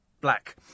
Black